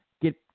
Get